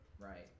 Right